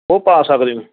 ਉਹ ਪਾ ਸਕਦੇ ਹੋ